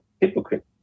hypocrite